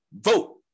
vote